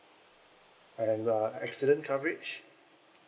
and uh accident coverage